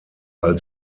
als